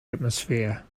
atmosphere